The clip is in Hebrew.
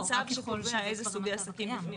זה צו שקובע איזה סוגי עסקים בפנים.